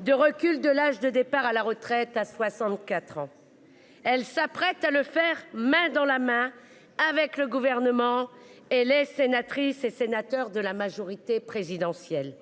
de recul de l'âge de départ à la retraite à 64 ans. Elle s'apprête à le faire main dans la main avec le gouvernement et les sénatrices et sénateurs de la majorité présidentielle.